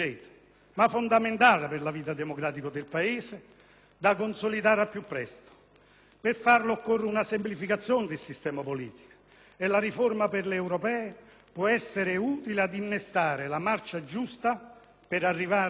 Per farlo occorre una semplificazione del sistema politico e la riforma per le elezioni europee può essere utile ad innestare la marcia giusta per arrivare a definire, sulla strada delle riforme da attuare, una nuova legge elettorale a livello